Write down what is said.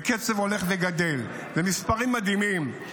בקצב הולך וגדל, במספרים מדהימים.